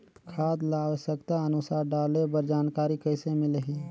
खाद ल आवश्यकता अनुसार डाले बर जानकारी कइसे मिलही?